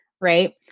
right